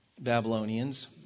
Babylonians